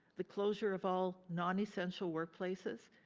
the closure of all non-essential workplaces,